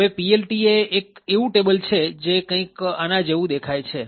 હવે PLT એ એક એવું ટેબલ છે જે કંઈક આના જેવું દેખાય છે